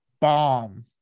bomb